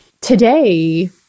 Today